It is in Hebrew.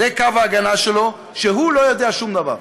זה קו ההגנה שלו, שהוא לא יודע שום דבר,